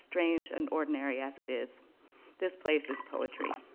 strange and ordinary as it is this place is poetry.